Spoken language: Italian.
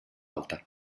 alta